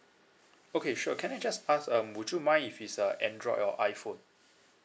okay sure can I just ask um would you mind if it's a android or iphone